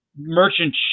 merchant